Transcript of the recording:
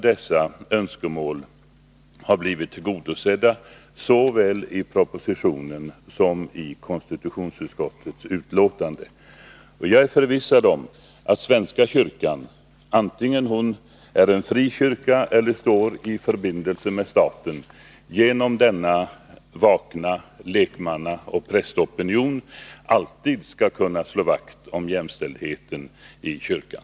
Dessa önskemål har blivit tillgodosedda såväl i propositionen som i konstitutionsutskottets betänkande. Jag är förvissad om att svenska kyrkan, vare sig hon är en fri kyrka eller står i förbindelse med staten, genom denna vakna lekmannaoch prästopinion alltid skall kunna slå vakt om jämställdheten i kyrkan.